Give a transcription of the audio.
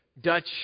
Dutch